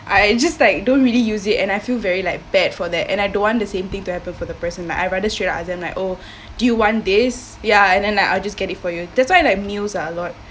I I just like don't really use it and I feel very like bad for that and I don't want the same thing to happen for the person like I rather straight up as in like oh do you want this ya and then like I I'll just get it for you that's why like meals are a lot